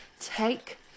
take